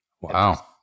Wow